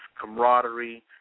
camaraderie